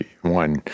one